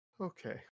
Okay